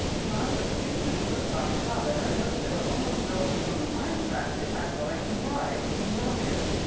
when i was a student and a postdoc at harvard, i noticed there were almost no women on the science faculty, and i thought i knew why. it seemed obvious.